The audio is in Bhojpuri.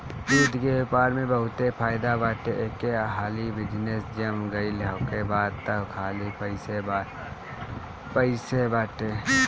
दूध के व्यापार में बहुते फायदा बाटे एक हाली बिजनेस जम गईल ओकरा बाद तअ खाली पइसे पइसे बाटे